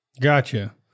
Gotcha